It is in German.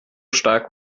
stark